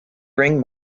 bring